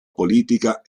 politica